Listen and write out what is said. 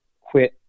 quit